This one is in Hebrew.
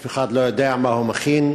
אף אחד לא יודע מה הוא מכין,